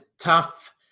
tough